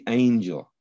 angel